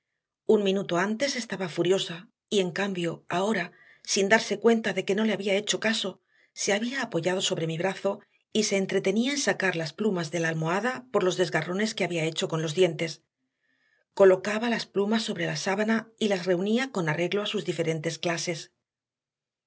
un minuto antes estaba furiosa y en cambio ahora sin darse cuenta de que no le había hecho caso se había apoyado sobre mi brazo y se entretenía en sacar las plumas de la almohada por los desgarrones que había hecho con los dientes colocaba las plumas sobre la sábana y las reunía con arreglo a sus diferentes clases